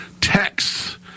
texts